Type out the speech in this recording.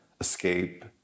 escape